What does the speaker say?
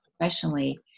professionally